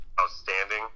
outstanding